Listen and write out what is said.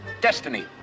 destiny